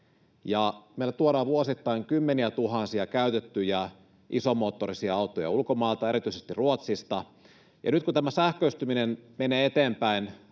meille tuodaan vuosittain kymmeniätuhansia käytettyjä isomoottorisia autoja ulkomailta, erityisesti Ruotsista. Nyt kun tämä sähköistyminen menee eteenpäin